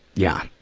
yeah.